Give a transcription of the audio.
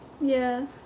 Yes